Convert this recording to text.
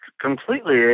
completely